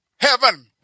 heaven